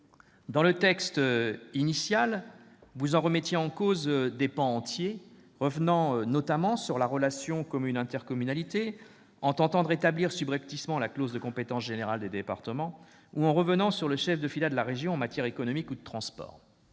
Dans le texte initial, vous en remettiez en cause des pans entiers, revenant notamment sur la relation entre commune et intercommunalité, en tentant de rétablir subrepticement la clause de compétence générale des départements ou en revenant sur le chef de filat de la région en matière économique ou de transport.